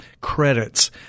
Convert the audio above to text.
credits